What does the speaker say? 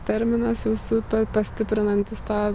terminas jūsų pastiprinantys tą